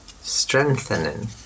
Strengthening